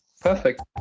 Perfect